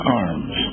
arms